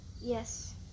Yes